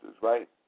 right